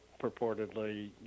purportedly